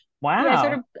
Wow